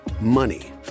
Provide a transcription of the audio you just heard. Money